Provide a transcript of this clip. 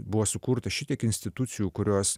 buvo sukurta šitiek institucijų kurios